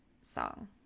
song